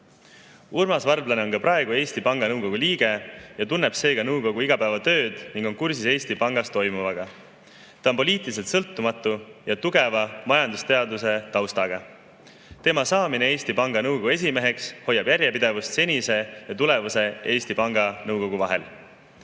Urmas Varblane on ka praegu Eesti Panga Nõukogu liige ja tunneb seega nõukogu igapäevatööd ning on kursis Eesti Pangas toimuvaga. Ta on poliitiliselt sõltumatu ja tugeva majandusteaduse taustaga. Tema saamine Eesti Panga Nõukogu esimeheks hoiab järjepidevust senise ja tulevase Eesti Panga Nõukogu